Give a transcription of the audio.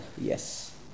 yes